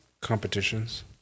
competitions